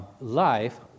life